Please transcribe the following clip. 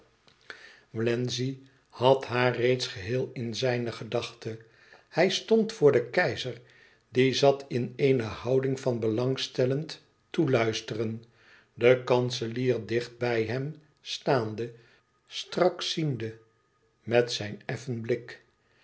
wlenzci had haar reeds geheel in zijne gedachte hij stond voor den keizer die zat in eene houding van belangstellend toeluisteren den kanselier dicht bij hem staande strak ziende met zijn effen blik